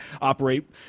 operate